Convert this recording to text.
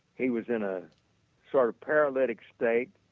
he was in a sort of paralytic state.